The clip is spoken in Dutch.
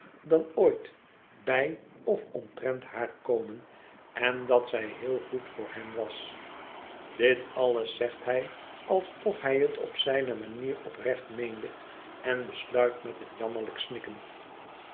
dan ooit bij of omtrent haar komen en dat zij heel goed voor hem was dit alles zegt hij alsof hij het op zijne manier oprecht meende en besluit met een jammerlijk